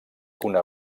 una